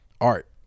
Art